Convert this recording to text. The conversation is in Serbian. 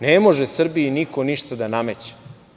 Ne može Srbiji niko ništa da nameće.